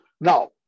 Now